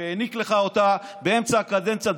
שהעניק לך אותה באמצע הקדנציה,